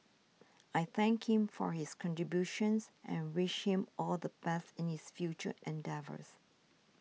I thank him for his contributions and wish him all the best in his future endeavours